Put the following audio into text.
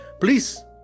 Please